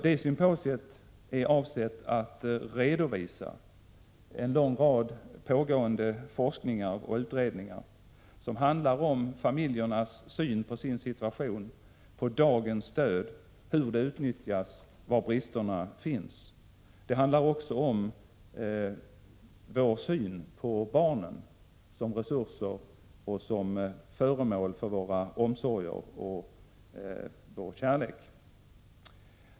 Detta symposium är avsett att redovisa en lång rad pågående forskningsinsatser och utredningar som handlar om familjernas syn på sin situation och på dagens stöd, hur stödet utnyttjas och var bristerna finns. Det handlar också om vår syn på barnen som resurs och föremål för våra omsorger och vår kärlek.